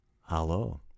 Hello